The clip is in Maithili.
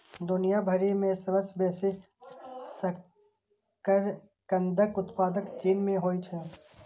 दुनिया भरि मे सबसं बेसी शकरकंदक उत्पादन चीन मे होइ छै